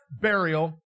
burial